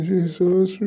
Jesus